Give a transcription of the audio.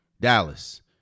Dallas